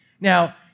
Now